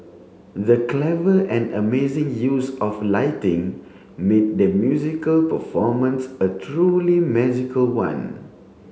the clever and amazing use of lighting made the musical performance a truly magical one